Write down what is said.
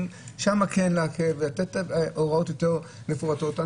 שם כן להקל ולתת הוראות יותר מפורטות.